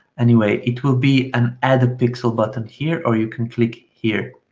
anyway, it will be an add a pixel button here, or you can click here.